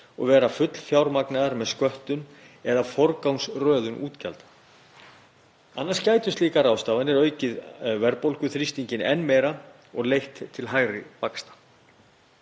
og vera fullfjármagnaðar með sköttum eða forgangsröðun útgjalda. Annars gætu slíkar ráðstafanir aukið verðbólguþrýstinginn enn meira og leitt til hærri vaxta.